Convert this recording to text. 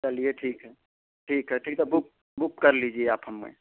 चलिए ठीक है ठीक है ठीक है बुक बुक कर लीजिए आप हमें